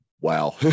wow